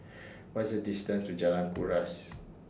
What IS The distance to Jalan Kuras